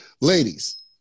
Ladies